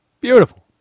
beautiful